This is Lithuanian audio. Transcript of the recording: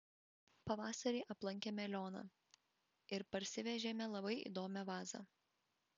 pavasarį aplankėme lioną ir parsivežėme labai įdomią vazą